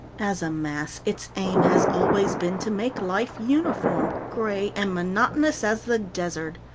as a mass its aim has always been to make life uniform, gray, and monotonous as the desert.